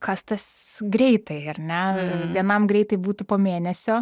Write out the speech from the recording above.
kas tas greitai ar ne vienam greitai būtų po mėnesio